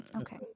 Okay